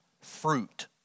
fruit